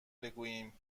بگوییم